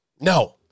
no